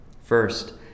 first